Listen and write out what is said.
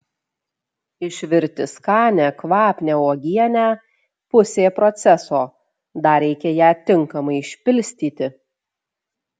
išvirti skanią kvapnią uogienę pusė proceso dar reikia ją tinkamai išpilstyti